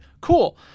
Cool